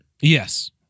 yes